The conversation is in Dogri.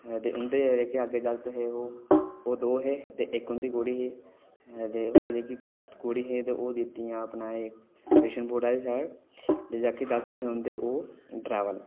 ते हुंदे जेह्के अग्गे जाक्त हे ओह् दो हे ते इक उंदी कुड़ी ही ते ओह् जेह्की कुड़ी ही ओह् दित्तियां अपने क्रष्णपुर आह्ली साईड ते जेह्के जागत हे हुंदे ओह् ड़्राईवर हे